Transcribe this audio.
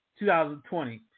2020